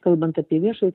kalbant apie viešąjį